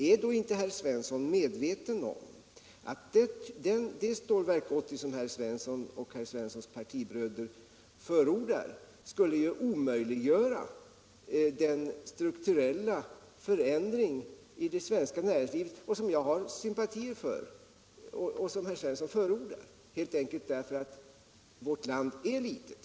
Är då inte herr Svensson medveten om att det Stålverk 80 som han och hans partibröder förordar skulle omöjliggöra den strukturella förändring i det svenska näringslivet som han förespråkar och som jag har sympatier för, helt enkelt därför att vårt land är litet.